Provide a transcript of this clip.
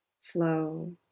flow